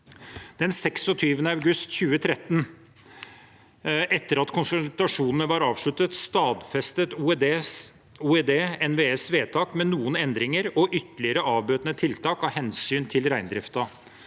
26. august 2013, etter at konsultasjonene var avsluttet, stadfestet OED NVEs vedtak med noen endringer og ytterligere avbøtende tiltak av hensyn til reindriften.